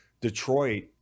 Detroit